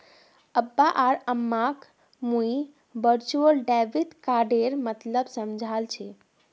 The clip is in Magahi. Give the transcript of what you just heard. अब्बा आर अम्माक मुई वर्चुअल डेबिट कार्डेर मतलब समझाल छि